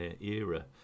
era